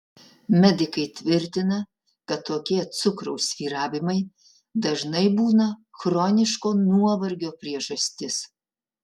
medikai tvirtina kad tokie cukraus svyravimai dažnai būna chroniško nuovargio priežastis